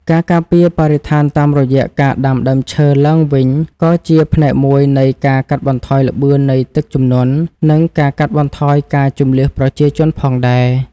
ការការពារបរិស្ថានតាមរយៈការដាំដើមឈើឡើងវិញក៏ជាផ្នែកមួយនៃការកាត់បន្ថយល្បឿននៃទឹកជំនន់ និងការកាត់បន្ថយការជម្លៀសប្រជាជនផងដែរ។